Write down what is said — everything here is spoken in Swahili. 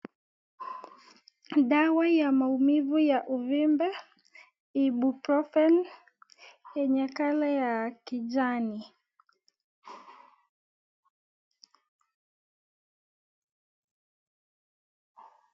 Dawa ya maumivu ya uvimbe Ibrupofen yenye colour ya kijani.